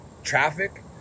traffic